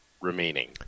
remaining